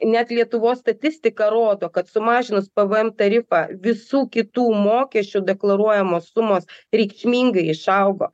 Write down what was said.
net lietuvos statistika rodo kad sumažinus pvm tarifą visų kitų mokesčių deklaruojamos sumos reikšmingai išaugo